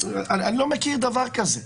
אני לא מכיר דבר כזה,